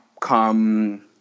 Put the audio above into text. come